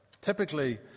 Typically